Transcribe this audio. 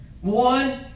one